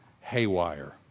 haywire